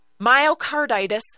myocarditis